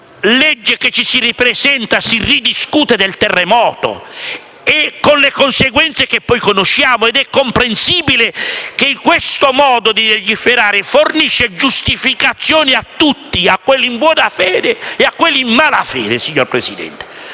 che in ogni legge si ridiscuta del terremoto, con le conseguenze che conosciamo. È comprensibile che questo modo di legiferare fornisca giustificazioni a tutti, a quelli in buona fede e a quelli in malafede, signor Presidente,